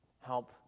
help